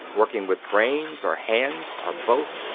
working with brains, or hands, or both,